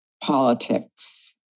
politics